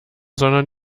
sondern